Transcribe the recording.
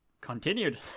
continued